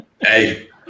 Hey